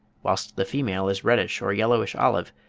whilst the female is reddish or yellowish-olive,